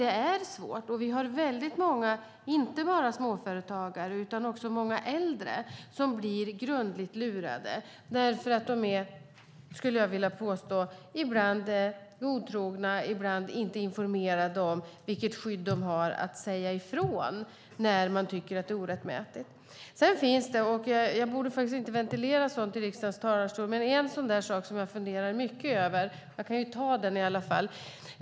Det är svårt, och vi har många, inte bara småföretagare utan också äldre, som blir grundligt lurade eftersom de, skulle jag vilja påstå, ibland är godtrogna och ibland inte informerade om vilket skydd de har att kunna säga ifrån när de tycker att det hela är orättmätigt. Det finns en sak som jag funderar mycket över; jag borde kanske inte ventilera sådant i riksdagens talarstol, men jag gör det i alla fall.